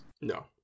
No